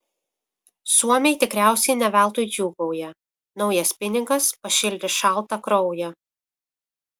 suomiai tikriausiai ne veltui džiūgauja naujas pinigas pašildys šaltą kraują